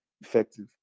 effective